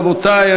רבותי,